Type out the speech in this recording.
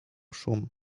szum